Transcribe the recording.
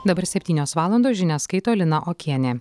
dabar septynios valandos žinias skaito lina okienė